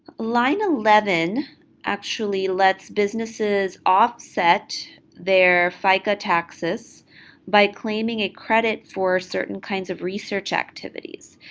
line eleven actually lets businesses offset their fica taxes by claiming a credit for certain kinds of research activities.